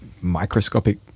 microscopic